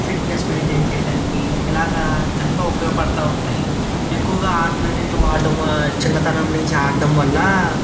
fitness maintain చేయటానికి ఇలాగా ఎంతో ఉపయోగపడతూ ఉంటాయి ఎక్కువగా ఆటలు అనేది ఆడటం చిన్నతనం నుంచి ఆడటం వల్ల